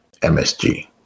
MSG